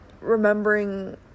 remembering